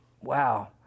wow